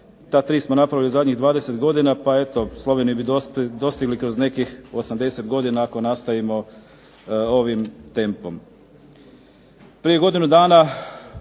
da ta 3 smo napravili u zadnjih 20 godina pa eto Sloveniju bi dostigli kroz nekih 80 godina ako nastavimo ovim tempom. Prije godinu dana